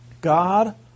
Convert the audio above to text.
God